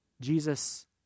Jesus